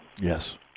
Yes